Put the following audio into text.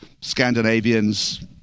Scandinavians